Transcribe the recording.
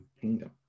kingdom